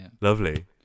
Lovely